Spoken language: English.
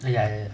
ya ya ya